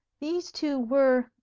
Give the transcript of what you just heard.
these two were,